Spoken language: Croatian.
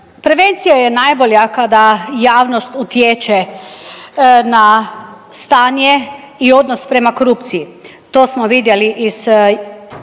Prevencija je najbolja kada javnost utječe na stanje i odnos prema korupciji. To smo vidjeli i